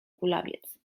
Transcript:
kulawiec